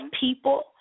people